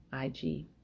IG